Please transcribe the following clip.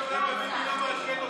אמסלם, תבדוק למה ביבי לא מעדכן אותך.